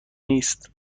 نیست